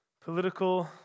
political